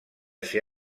ser